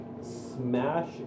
smash